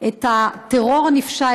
את הטרור הנפשע,